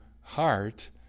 heart